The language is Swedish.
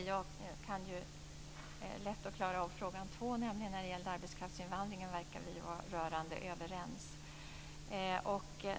Herr talman! Jag kan lätt klara av fråga 2. Om arbetskraftsinvandringen verkar vi nämligen vara rörande överens.